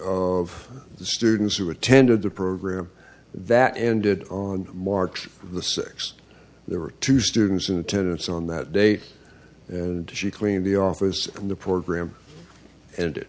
the students who attended the program that ended on march the six there were two students in attendance on that date and she cleaned the office from the program and